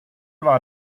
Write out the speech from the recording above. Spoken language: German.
war